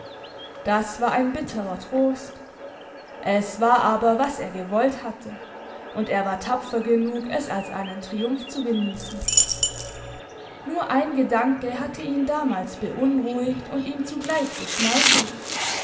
das war ein bitterer trost es war aber was er gewollt hatte und er war tapfer genug es als einen triumph zu genießen nur ein gedanke hatte ihn damals beunruhigt und ihm zugleich geschmeichelt